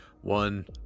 one